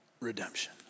redemption